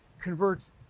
converts